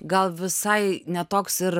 gal visai ne toks ir